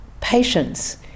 patience